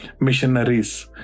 missionaries